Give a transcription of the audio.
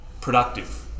Productive